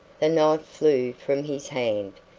the knife flew from his hand,